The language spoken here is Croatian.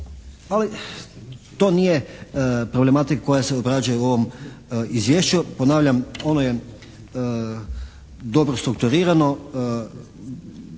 ali to nije problematika koja se obrađuje u ovom izvješću. Ponavljam, ono je dobro strukturirano,